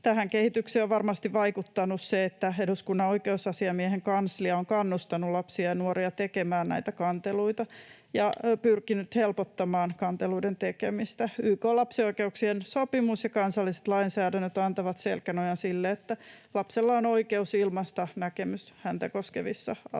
Tähän kehitykseen on varmasti vaikuttanut se, että eduskunnan oikeusasiamiehen kanslia on kannustanut lapsia ja nuoria tekemään näitä kanteluita ja pyrkinyt helpottamaan kanteluiden tekemistä. YK:n lapsen oikeuksien sopimus ja kansalliset lainsäädännöt antavat selkänojan sille, että lapsella on oikeus ilmaista näkemyksensä häntä koskevissa asioissa.